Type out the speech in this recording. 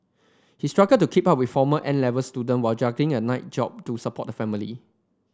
he struggled to keep up with former N Level student while juggling a night job to support the family